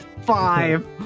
five